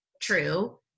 true